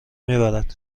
میبرد